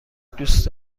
دوست